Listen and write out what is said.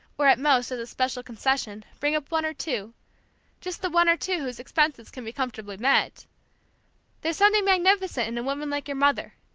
or at most, as a special concession, bring up one or two just the one or two whose expenses can be comfortably met there's something magnificent in a woman like your mother,